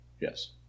Yes